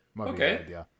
Okay